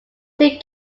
two